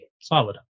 Solid